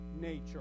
nature